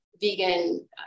vegan